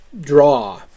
draw